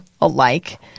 alike